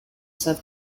south